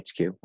HQ